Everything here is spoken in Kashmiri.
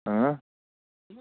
اۭں